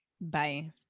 Bye